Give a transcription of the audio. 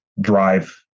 drive